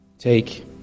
Take